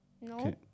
No